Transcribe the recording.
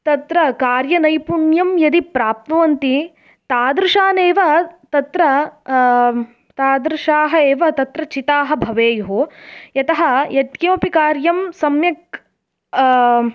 तत्र कार्यनैपुण्यं यदि प्राप्नुवन्ति तादृशान् एव तत्र तादृशाः एव तत्र चिताः भवेयुः यतः यत्किमपि कार्यं सम्यक्